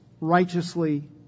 righteously